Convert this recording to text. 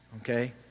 Okay